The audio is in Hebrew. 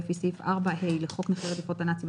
לפי סעיף 4ה לחוק נכי רדיפות הנאצים,